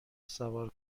سوار